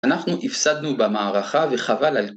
‫אנחנו הפסדנו במערכה וחבל על...